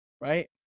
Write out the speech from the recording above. right